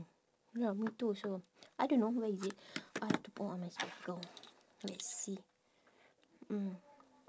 ya me too also I don't know where is it I have to put on my spectacle let's see mm